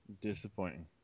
Disappointing